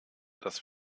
dass